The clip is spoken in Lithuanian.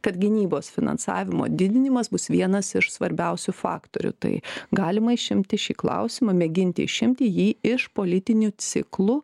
kad gynybos finansavimo didinimas bus vienas iš svarbiausių faktorių tai galima išimti šį klausimą mėginti išimti jį iš politinių ciklų